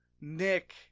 Nick